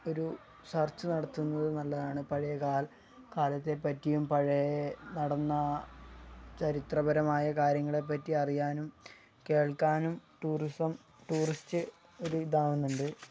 ഒരു സർച്ച് നടത്തുന്നത് നല്ലതാണ് പഴയകാല കാലത്തെ പറ്റിയും പഴയ നടന്ന ചരിത്രപരമായ കാര്യങ്ങളെ പറ്റി അറിയാനും കേൾക്കാനും ടൂറിസം ടൂറിസ്റ്റ് ഒരു ഇതാവുന്നുണ്ട്